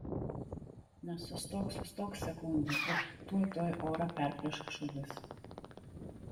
na sustok sustok sekundę ir tuoj tuoj orą perplėš šūvis